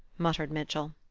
muttered mitchell.